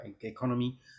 economy